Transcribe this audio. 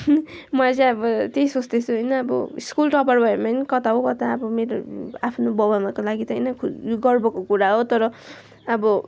मैले चाहिँ अब त्यही सोँच्दैछु होइन अब स्कुल टप्पर भएँ भने पनि कता हो कता अब मेरो आफ्नो बाउ आमाको लागि त्यही नै गर्वको कुरा हो तर अब